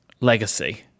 legacy